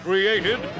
Created